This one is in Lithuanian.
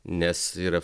nes yra